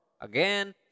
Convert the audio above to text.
Again